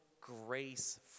grace